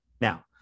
Now